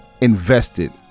invested